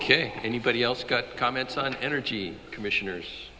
ok anybody else got comments on energy commissioners